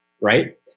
right